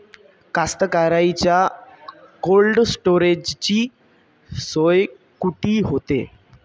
कास्तकाराइच्या कोल्ड स्टोरेजची सोय कुटी होते?